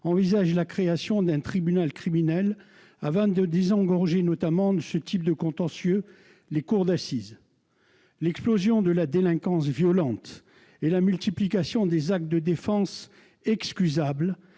envisage la création d'un tribunal criminel, afin de désengorger notamment de ce type de contentieux les cours d'assises. L'explosion de la délinquance violente et la multiplication des actes de défense excusables